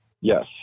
Yes